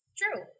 true